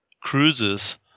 cruises